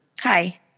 Hi